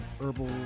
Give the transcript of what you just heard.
herbal